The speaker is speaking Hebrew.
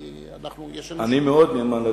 אני מאוד נאמן לדמוקרטיה.